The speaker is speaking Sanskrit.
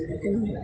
किं